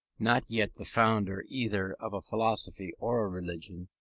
not yet the founder either of a philosophy or a religion,